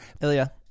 Ilya